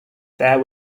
there